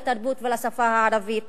לתרבות ולשפה הערבית?